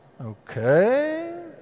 Okay